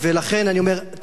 לכן אני אומר,